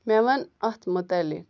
مے وَن اتھ مُتعلق